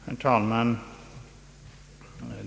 Herr talman!